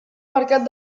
mercat